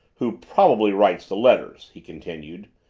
who probably writes the letters, he continued.